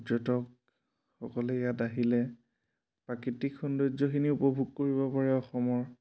পৰ্যটকসকলে ইয়াত আহিলে প্ৰাকৃতিক সৌন্দৰ্যখিনি উপভোগ কৰিব পাৰে অসমৰ